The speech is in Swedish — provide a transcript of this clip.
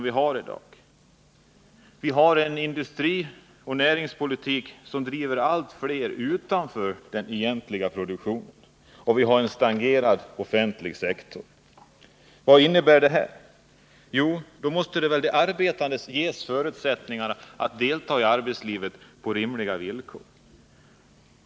Vi har en industrioch näringspolitik som driver allt fler ut från den egentliga produktionen, och vi har en stagnerad offentlig sektor. Då måste väl de arbetande ges förutsättningar att delta i arbetslivet på rimliga villkor.